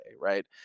right